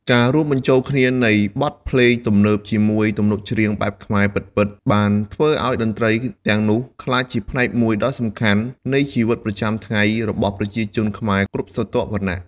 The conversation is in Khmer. ការរួមបញ្ចូលគ្នានៃបទភ្លេងទំនើបជាមួយទំនុកច្រៀងបែបខ្មែរពិតៗបានធ្វើឱ្យតន្ត្រីទាំងនោះក្លាយជាផ្នែកមួយដ៏សំខាន់នៃជីវិតប្រចាំថ្ងៃរបស់ប្រជាជនខ្មែរគ្រប់ស្រទាប់វណ្ណៈ។